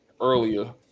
earlier